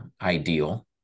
ideal